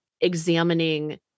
examining